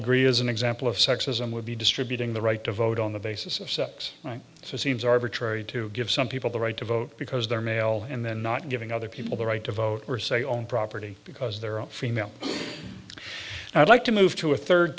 agree is an example of sexism would be distributing the right to vote on the basis of sex so it seems arbitrary to give some people the right to vote because they're male and then not giving other people the right to vote or say own property because there are female i'd like to move to a third